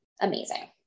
amazing